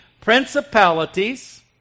principalities